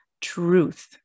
truth